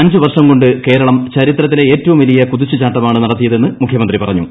അഞ്ചു വർഷം കൊണ്ട് കേരളം ചരിത്രത്തിലെ ഏറ്റവും വലിയ കുതിച്ചു ചാട്ടമാണ് നടത്തിയതെന്ന് മുഖ്യമന്ത്രി പറഞ്ഞു